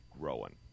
growing